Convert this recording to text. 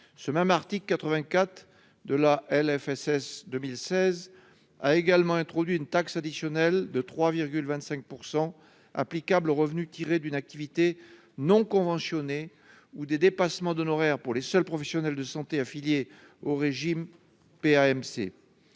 de la sécurité sociale) pour 2016 a également introduit une taxe additionnelle de 3,25 % applicable aux revenus tirés d'une activité non conventionnée ou des dépassements d'honoraires pour les seuls professionnels de santé affiliés au régime des PAMC.